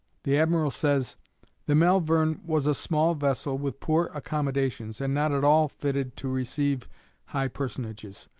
the admiral says the malvern was a small vessel with poor accommodations, and not at all fitted to receive high personages.